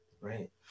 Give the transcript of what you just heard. right